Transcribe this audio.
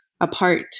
apart